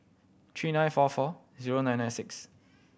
three nine four four zero nine nine six